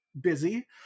busy